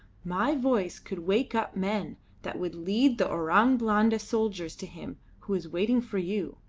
my voice could wake up men that would lead the orang blanda soldiers to him who is waiting for you.